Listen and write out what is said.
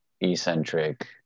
eccentric